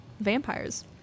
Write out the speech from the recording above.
vampires